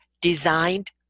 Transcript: Designed